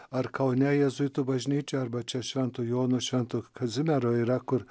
ar kaune jėzuitų bažnyčioj arba čia švento jono švento kazimiero yra kur